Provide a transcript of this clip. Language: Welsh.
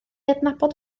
adnabod